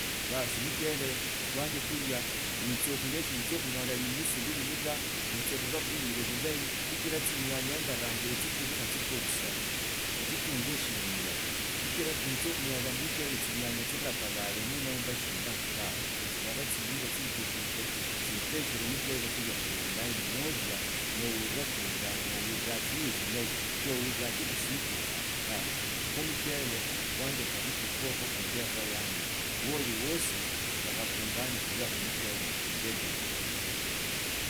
Baas omuchile kwanje kulia witsakhulia shiwitsa khunyola limisi lilimo ta kwitsa khaba kuiren bulahi sichila chinyanya engarangila toilibukhatsikwa obasera eshitunguo shire sichila siwitsa khunyola mmuchele isinyanya tsirakaleemo nomba shina tawe tsilabaa tsiire tsibushee tsitashire omuchire kuha kuli khulaini nolia naurila khuriranya ouriraa siba shilahi shouriraa kukhusikukha tawe kho mucheli kwanja karibu ngwoo khundakho yanje wal wasi lekha khuungani khulwa omuchele shinga endishere khulie.